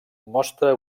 mostra